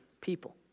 people